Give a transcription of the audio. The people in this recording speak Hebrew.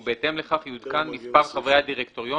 ובהתאם לכך יעודכן מספר חברי הדירקטוריון